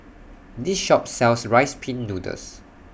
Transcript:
This Shop sells Rice Pin Noodles